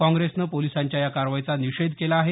काँग्रेसनं पोलिसांच्या या कारवाईचा निषेध केला आहे